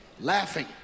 laughing